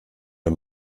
der